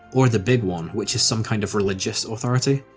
or the big one, which is some kind of religious authority.